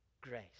grace